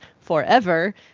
forever